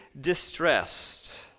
distressed